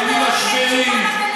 בלי משברים,